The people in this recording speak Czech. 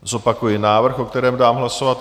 Zopakuji návrh, o kterém dám hlasovat.